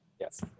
yes